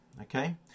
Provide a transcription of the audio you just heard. okay